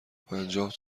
پنجاه